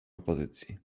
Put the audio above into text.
opozycji